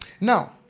Now